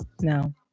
no